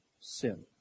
sin